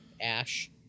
Ash